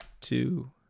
two